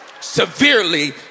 severely